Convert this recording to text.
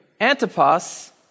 Antipas